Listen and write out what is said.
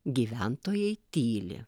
gyventojai tyli